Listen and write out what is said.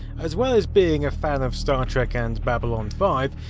as well as being a fan of star trek and babylon five,